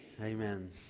amen